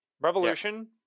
revolution